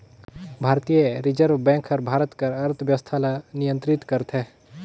भारतीय reserve bank हर भारत कर अर्थबेवस्था ल नियंतरित करथे